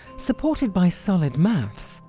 supported by solid maths,